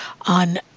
on